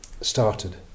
started